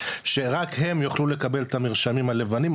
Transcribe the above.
שרק הם יוכלו לקבל את המרשמים הלבנים,